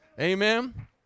Amen